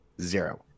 Zero